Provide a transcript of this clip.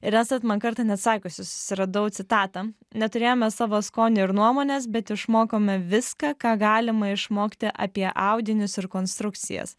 ir esat man kartą net sakiusi susiradau citatą neturėjome savo skonio ir nuomonės bet išmokome viską ką galima išmokti apie audinius ir konstrukcijas